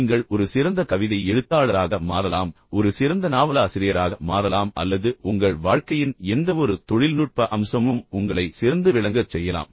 நீங்கள் ஒரு சிறந்த கவிதை எழுத்தாளராக மாறலாம் நீங்கள் ஒரு சிறந்த நாவலாசிரியராக மாறலாம் அல்லது நான் சொன்னது போல் உங்கள் வாழ்க்கையின் எந்தவொரு தொழில்நுட்ப அம்சமும் உங்களை சிறந்து விளங்கச் செய்யலாம்